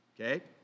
okay